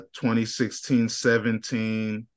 2016-17